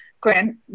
grand